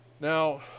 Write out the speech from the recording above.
Now